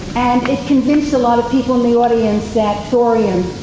and it convinced a lot of people in the audience that thorium